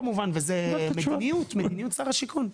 כמובן וזה מדיניות שר השיכון.